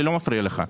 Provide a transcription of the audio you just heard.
אני לא מפריע לך.